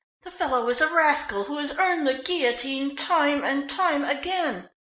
the fellow is a rascal who has earned the guillotine time and time again.